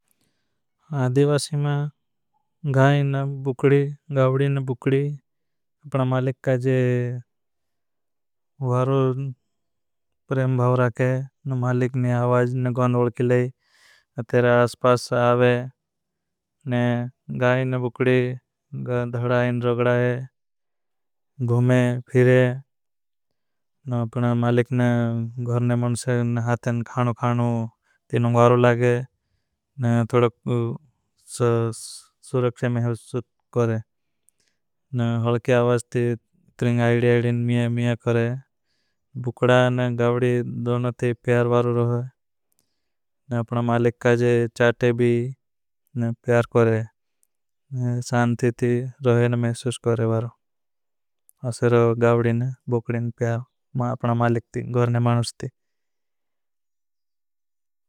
आदिवासी में गाई न बुखडी, गावडी न बुखडी, अपना मालिक का जे वारो प्रेम भाव राखे, न मालिक नी आवाज न गौंद वल्किले। आसपास आवे, न गाई न बुखडी धड़ाई न रोगडाई, गुमे फिरे, न अपना मालिक न गौरने मंदसे न हाते न खाणो खाणो तेरे न वारो लागे। थोड़ा सुरक्षे में हसुत करे, न हलकी आवाज ते त्रिंग आईडि आईडिन मिया मिया करे, बुखडा न गावडी दोनों ते प्यार वारो रोहे। अपना मालिक का जे चाटे भी न प्यार करे, शांती थी रोहे न मेशुश करे वारो, असरो गावडी न बुखडी न प्यार अपना मालिक ती, गौरने मानुस ती।